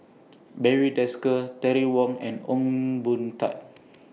Barry Desker Terry Wong and Ong Boon Tat